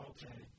Okay